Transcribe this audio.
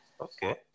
Okay